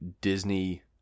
Disney